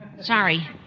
Sorry